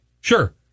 sure